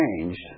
changed